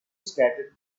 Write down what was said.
scattered